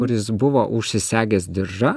kuris buvo užsisegęs diržą